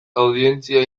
audientzia